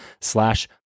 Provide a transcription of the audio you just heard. slash